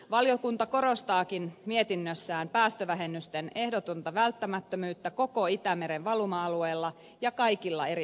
valiokunta korostaakin mietinnössään päästövähennysten ehdotonta välttämättömyyttä koko itämeren valuma alueella ja kaikilla eri sektoreilla